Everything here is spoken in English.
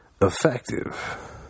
effective